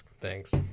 Thanks